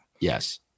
Yes